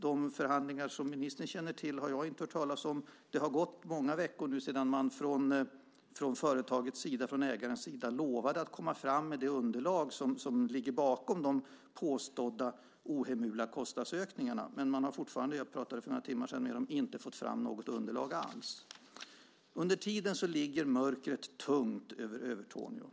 De förhandlingar som ministern känner till har jag inte hört talas om. Det har gått många veckor sedan man från ägarens sida lovade att komma fram med det underlag som ligger bakom de påstådda ohemula kostnadsökningarna. Men man hade fortfarande inte fått fram något underlag alls när jag talade med dem för några timmar sedan. Under tiden ligger mörkret tungt över Övertorneå.